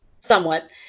somewhat